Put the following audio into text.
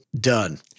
done